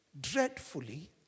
dreadfully